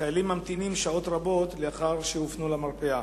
וחיילים ממתינים שעות רבות לאחר שהופנו למרפאה.